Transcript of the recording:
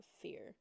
fear